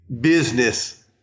business